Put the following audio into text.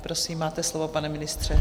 Prosím, máte slovo, pane ministře.